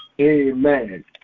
Amen